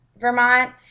Vermont